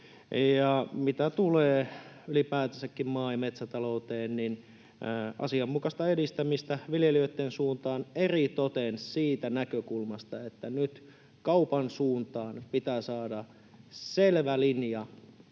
Mitä tulee ylipäätänsäkin maa- ja metsätalouteen, niin tarvitaan asianmukaista edistämistä viljelijöitten suuntaan, eritoten siitä näkökulmasta, että nyt kaupan suuntaan pitää saada selvä linja,